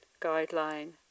guideline